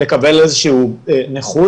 לקבל איזה שהוא נכות,